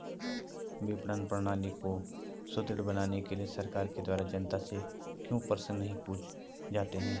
विपणन प्रणाली को सुदृढ़ बनाने के लिए सरकार के द्वारा जनता से क्यों प्रश्न नहीं पूछे जाते हैं?